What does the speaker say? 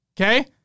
Okay